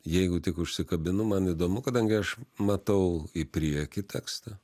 jeigu tik užsikabinu man įdomu kadangi aš matau į priekį tekstą